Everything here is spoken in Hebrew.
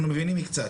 אנחנו מבינים קצת.